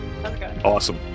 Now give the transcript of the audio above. Awesome